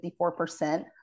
54%